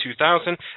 2000